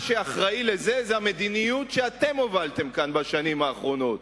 מה שאחראי לזה זאת המדיניות שאתם הובלתם כאן בשנים האחרונות.